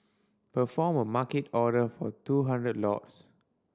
perform a Market order for two hundred lots